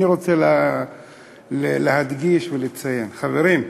אני רוצה להדגיש ולציין, חברים,